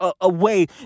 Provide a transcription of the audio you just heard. away